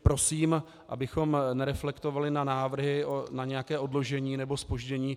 Prosím, abychom nereflektovali na návrhy na nějaké odložení nebo zpoždění.